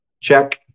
Check